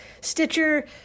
Stitcher